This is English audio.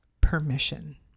permission